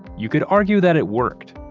you could argue that it worked.